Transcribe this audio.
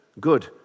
good